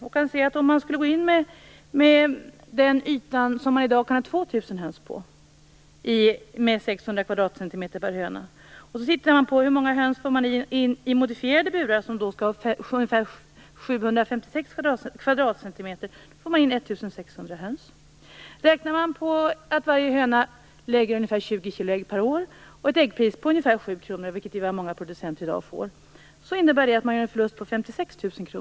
Om man skulle gå in med den yta som man i dag kan ha 2 000 höns på, vilket innebär 600 kvadratcentimeter per höna, och därefter tittar på hur många höns man får in i modifierade burar, där varje höna skall ha 756 kvadratcentimeter, kan jag se att man får in 1 600 höns. Räknar man med att varje höna lägger ungefär 20 kilo ägg per år och att äggpriset är ungefär 7 kr per kilo, vilket är vad många producenter i dag får, innebär det att man gör en förlust på 56 000 kr.